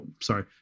sorry